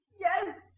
Yes